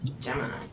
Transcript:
Gemini